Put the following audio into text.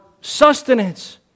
sustenance